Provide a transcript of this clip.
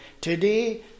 today